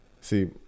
see